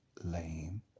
lame